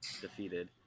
defeated